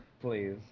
Please